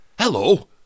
Hello